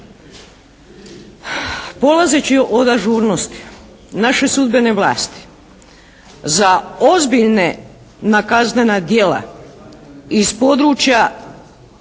Polazeći od ažurnosti naše sudbene vlasti za ozbiljna kaznena djela iz područja